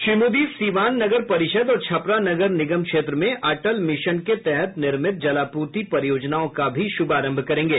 श्री मोदी सीवान नगर परिषद और छपरा नगर निगम क्षेत्र में अटल मिशन के तहत निर्मित जलापूर्ति परियोजनाओं का भी शुभारंभ करेंगे